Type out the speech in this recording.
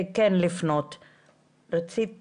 חברת הכנסת דיסטל אטבריאן, רצית להתייחס?